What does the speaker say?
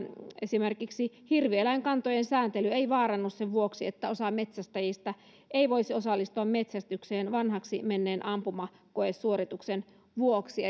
esimerkiksi hirvieläinkantojen sääntely ei vaarannu sen vuoksi että osa metsästäjistä ei voisi osallistua metsästykseen vanhaksi menneen ampumakoesuorituksen vuoksi